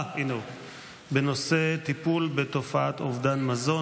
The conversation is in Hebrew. הינה הוא, בנושא: טיפול בתופעת אובדן מזון.